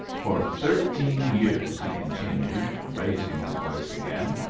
for thirteen years, he continued, raising his voice again,